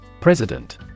President